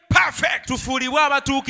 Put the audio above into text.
perfect